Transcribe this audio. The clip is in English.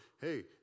hey